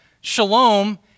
shalom